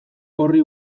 horri